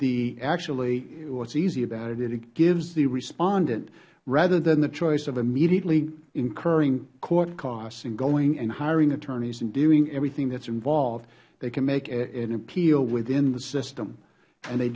actually what is easy about it it gives the respondent rather than the choice of immediately incurring court costs and going and hiring attorneys and doing everything that is involved they can make an appeal within the system and they